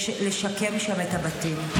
לשקם שם את הבתים.